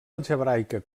algebraica